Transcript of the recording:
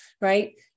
right